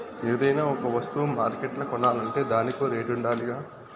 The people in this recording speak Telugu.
ఏదైనా ఒక వస్తువ మార్కెట్ల కొనాలంటే దానికో రేటుండాలిగా